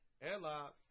Ela